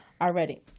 already